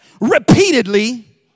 repeatedly